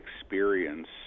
experience